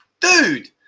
dude